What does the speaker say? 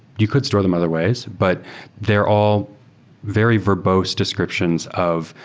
you could store them other ways, but they're all very verbose descriptions of,